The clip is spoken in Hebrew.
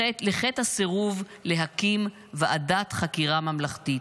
לחטא הסירוב להקים ועדת חקירה ממלכתית,